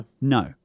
No